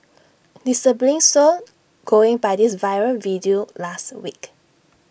disturbingly so going by this viral video last week